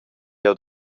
jeu